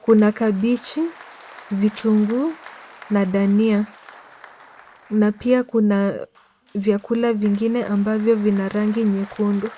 Kuna kabichi, vitunguu na dania na pia kuna vyakula vyengine ambavyo vina rangi nyekundu.